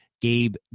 Gabe